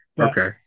Okay